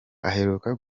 aheruka